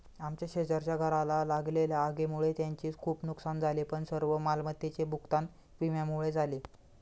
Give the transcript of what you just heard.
आमच्या शेजारच्या घराला लागलेल्या आगीमुळे त्यांचे खूप नुकसान झाले पण सर्व मालमत्तेचे भूगतान विम्यामुळे झाले